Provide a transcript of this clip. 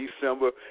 December